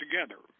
together